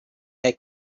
had